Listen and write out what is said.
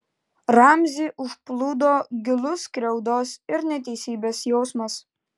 ramzį užplūdo gilus skriaudos ir neteisybės jausmas